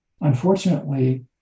unfortunately